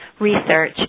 research